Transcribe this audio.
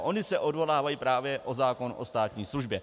Oni se odvolávají právě na zákon o státní službě.